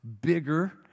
bigger